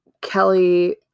Kelly